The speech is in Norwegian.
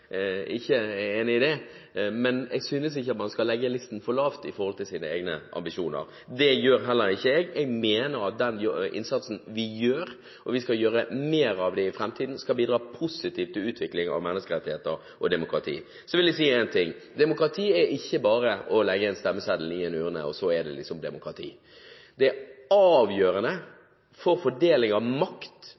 man skal legge listen for lavt med hensyn til sine egne ambisjoner. Det gjør heller ikke jeg. Jeg mener at den innsatsen vi gjør – og vi skal gjøre mer av det i framtiden – skal bidra positivt til utvikling av menneskerettigheter og demokrati. Så vil jeg si én ting: Demokrati er ikke bare å legge en stemmeseddel i en urne, og så er det demokrati. Det er avgjørende for fordeling av politisk makt